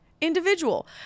individual